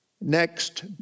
next